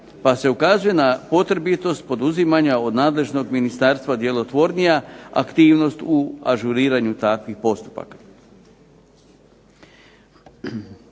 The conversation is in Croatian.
pa se ukazuje na potrebitost poduzimanja od nadležnog ministarstva djelotvornija aktivnost u ažuriranju takvih postupaka.